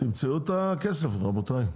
תמצאו את הכסף רבותי.